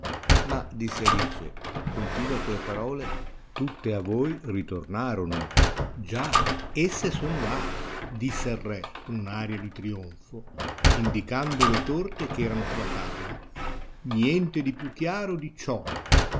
intendete ma disse alice continua con le parole tutte a voi ritornarono già esse sono là disse il re con un'aria di trionfo indicando le torte ch'erano sulla tavola niente di più chiaro di ciò